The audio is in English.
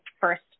first